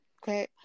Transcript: Great